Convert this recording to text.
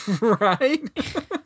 Right